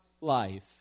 life